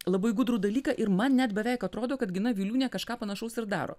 labai gudrų dalyką ir man net beveik atrodo kad gina viliūnė kažką panašaus ir daro